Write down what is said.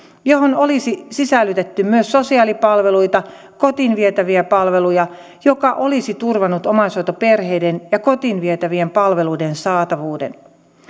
johon olisi sisällytetty myös sosiaalipalveluita kotiin vietäviä palveluja mikä olisi turvannut omaishoitoperheiden ja kotiin vietävien palveluiden saatavuuden